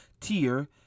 tier